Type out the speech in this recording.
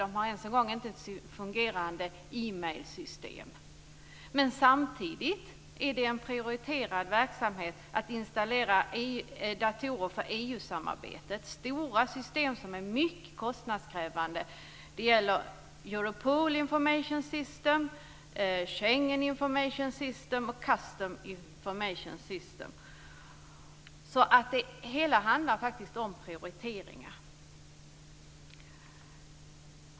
Man har inte ens ett fungerande e-mail-system. Samtidigt är installationen av datorer för EU samarbetet en prioriterad verksamhet. Det är stora system som är mycket kostnadskrävande. Det gäller System och Customs Information System. Det hela handlar faktiskt om prioriteringar.